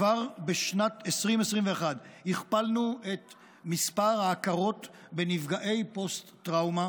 כבר בשנת 2021 הכפלנו את מספר ההכרות בנפגעי פוסט-טראומה